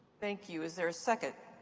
thank you. is there a second?